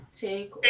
Take